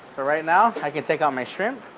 right now i can take out my shrimp.